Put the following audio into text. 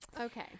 Okay